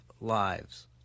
lives